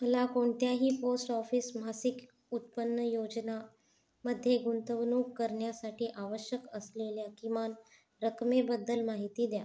मला कोणत्याही post office मासिक उत्पन्न योजनेमध्ये गुंतवणूक करण्यासाठी आवश्यक असलेल्या किमान रकमेबद्दल माहिती द्या